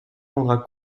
rendra